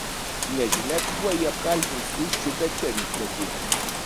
nežinia kuo jį apkaltins užčiupę čia rytmetį